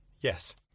Yes